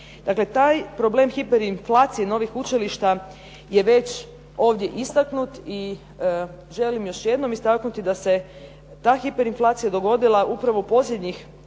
Dakle, taj problem hiperinflacije novih učilišta je već ovdje istaknut i želim još jednom istaknuti da se ta hiperinflacija dogodila upravo u posljednjih nekoliko